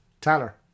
Tyler